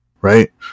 right